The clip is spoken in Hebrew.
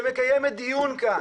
שמקיימת דיון כאן,